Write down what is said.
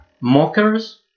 mockers